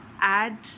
add